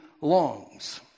longs